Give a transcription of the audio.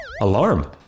alarm